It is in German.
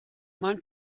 mein